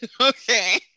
Okay